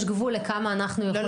יש גבול לכמה אנחנו יכולים --- לא,